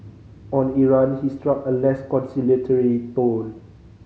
on Iran he struck a less conciliatory tone